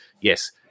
yes